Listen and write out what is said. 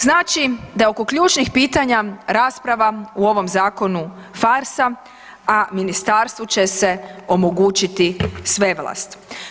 Znači da je oko ključnih pitanja rasprava u ovom zakonu farsa, a ministarstvu će se omogućiti svevlast.